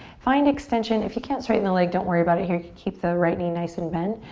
find extension, if you can't straighten the leg don't worry about it here, keep the right knee nice and bent.